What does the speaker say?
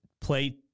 play